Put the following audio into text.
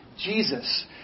Jesus